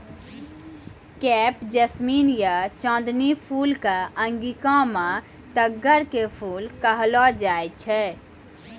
crepe jasmine या चांदनी फूल कॅ अंगिका मॅ तग्गड़ के फूल कहलो जाय छै